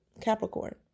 Capricorn